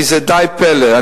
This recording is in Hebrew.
כי זה די פלא.